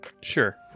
sure